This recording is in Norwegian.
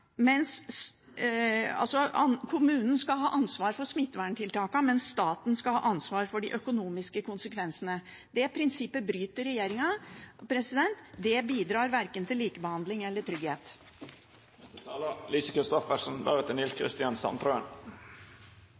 kommunen skal ha ansvar for smitteverntiltakene, mens staten skal ha ansvar for de økonomiske konsekvensene. Det prinsippet bryter regjeringen, og det bidrar verken til likebehandling eller til trygghet.